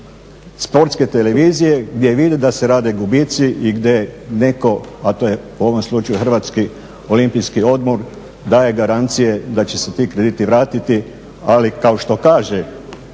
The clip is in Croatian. Sportske televizije, gdje vide da se radi gubici i gdje netko, a to je u ovom slučaju Hrvatski olimpijski odbor daje garancije da će se ti krediti vratiti. Ali kao što kaže